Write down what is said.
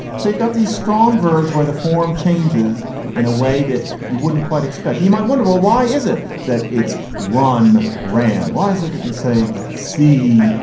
so you've got these strong verbs where the form changes in a way that you wouldn't quite expect. you might wonder, well, why is it that it's run ran? why is it that you say, see,